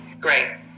Great